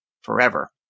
forever